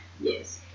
Yes